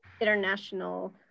international